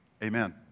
amen